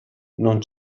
non